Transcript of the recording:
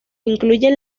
incluyen